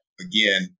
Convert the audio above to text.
again